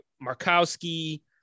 Markowski